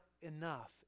enough